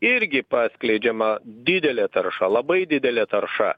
irgi paskleidžiama didelė tarša labai didelė tarša